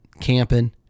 camping